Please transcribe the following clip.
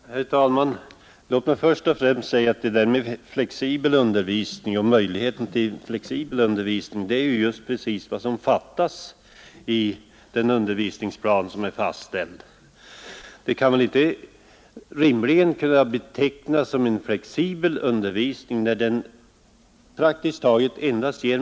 Herr talman! Låt mig först och främst säga att möjligheten till flexibel undervisning är just vad som fattas i den fastställda undervisningsplanen.